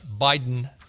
Biden